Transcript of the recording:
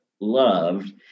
loved